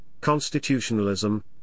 constitutionalism